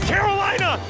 Carolina